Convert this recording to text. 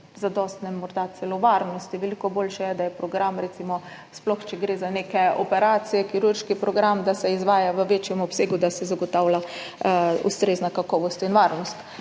zadostne varnosti. Veliko boljše je, da se program, sploh če gre recimo za neke operacije, kirurški program, izvaja v večjem obsegu, da se zagotavlja ustrezna kakovost in varnost.